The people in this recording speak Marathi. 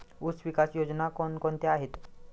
ऊसविकास योजना कोण कोणत्या आहेत?